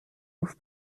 louve